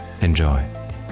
Enjoy